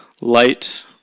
Light